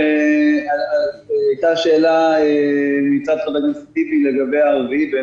עלתה שאלה מצד חבר הכנסת טיבי לגבי ה-4,